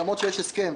למרות שיש הסכם,